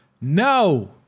no